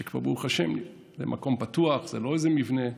שכבר ברוך השם, וזה מקום פתוח, זה לא איזה מבנה,